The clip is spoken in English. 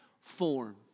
form